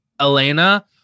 Elena